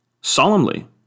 solemnly